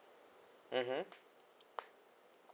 mmhmm